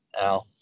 Now